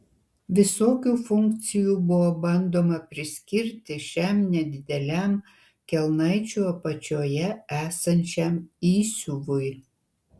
visokių funkcijų buvo bandoma priskirti šiam nedideliam kelnaičių apačioje esančiam įsiuvui